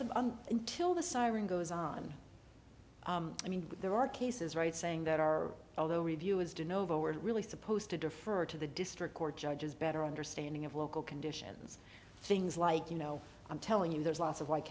think until the siren goes on i mean there are cases right saying that our although review is do no evil we're really supposed to defer to the district court judge is better understanding of local conditions things like you know i'm telling you there's lots of white